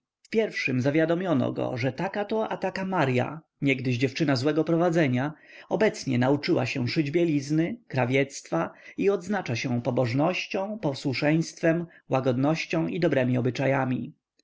pierwszym zawiadomiono go że taka to a taka marya niegdyś dziewczyna złego prowadzenia obecnie nauczyła się szyć bielizny krawiectwa i odznacza się pobożnością posłuszeństwem łagodnością i dobremi obyczajami w